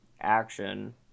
action